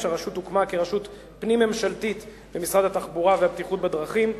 2005. הרשות הוקמה כרשות פנים-ממשלתית במשרד התחבורה והבטיחות בדרכים,